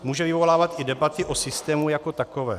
Může vyvolávat i debaty o systému jako takovém.